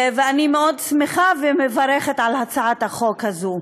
אני שמחה מאוד ומברכת על הצעת החוק הזו.